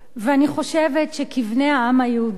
ואני חושבת שכבני העם היהודי,